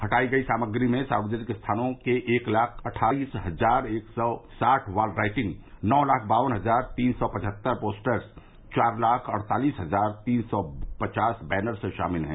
हटाई गई सामग्री में सार्वजनिक स्थानों के एक लाख अट्ठाइस हजार एक सौ साठ वॉल राइटिंग नौ लाख बावन हजार तीन सौ पचहत्तर पोस्टर्स चार लाख अड़तालीस हजार तीन सौ पचास बैनर्स शामिल हैं